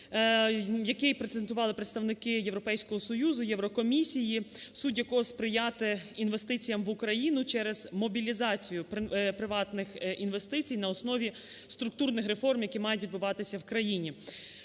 який презентували представники Європейського Союзу, Єврокомісії, суть якого сприяти інвестиціям в Україну через мобілізацію приватних інвестицій на основі структурних реформ, які мають відбуватися в країні.